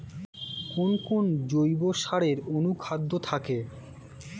কোন কোন জৈব সারে অনুখাদ্য থাকে?